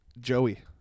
Joey